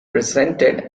presented